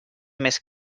més